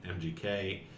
MGK